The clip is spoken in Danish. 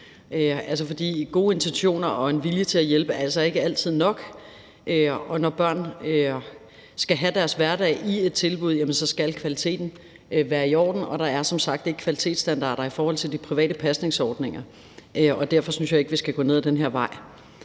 For gode intentioner og en vilje til at hjælpe er altså ikke altid nok, og når børn skal have deres hverdag i et tilbud, så skal kvaliteten være i orden, og der er som sagt ikke kvalitetsstandarder i forhold til de private pasningsordninger, og derfor synes jeg ikke, at vi skal gå ned ad den her vej.